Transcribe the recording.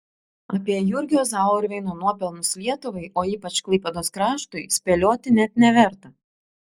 apie jurgio zauerveino nuopelnus lietuvai o ypač klaipėdos kraštui spėlioti net neverta